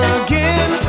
again